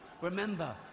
Remember